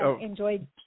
enjoyed